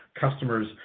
customers